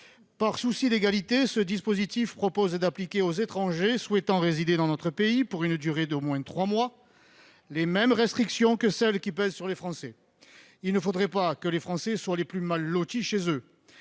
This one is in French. Par souci d'égalité, il est proposé d'appliquer aux étrangers souhaitant résider dans notre pays pour une durée d'au moins trois mois les mêmes restrictions que celles qui pèsent sur les Français. En effet, il ne faudrait pas que les Français soient les plus mal lotis chez eux.